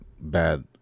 bad